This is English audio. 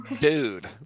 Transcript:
Dude